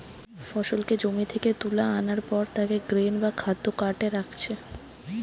ফসলকে জমি থিকে তুলা আনার পর তাকে গ্রেন বা খাদ্য কার্টে রাখছে